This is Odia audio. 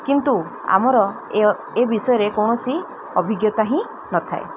କିନ୍ତୁ ଆମର ଏ ବିଷୟରେ କୌଣସି ଅଭିଜ୍ଞତା ହିଁ ନଥାଏ